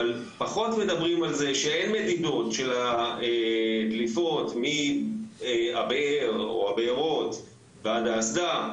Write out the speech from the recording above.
אבל פחות מדברים על זה שאין מדידות של הדליפות מהבארות ועד האסדה,